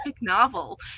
novel